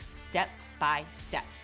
step-by-step